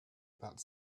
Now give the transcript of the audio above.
about